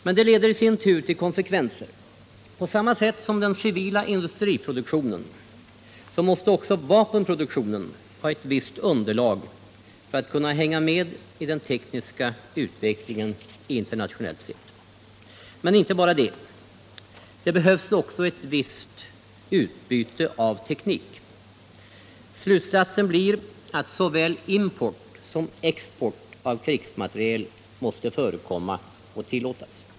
Men det leder i sin tur till konsekvenser. På samma sätt som den civila industriproduktionen måste också vapenproduktionen ha ett visst underlag för att kunna hänga med i den tekniska utvecklingen internationellt sett. Och inte bara det — det behövs också ett visst utbyte av teknik. Slutsatsen blir att såväl import som export av krigsmateriel måste förekomma och tillåtas.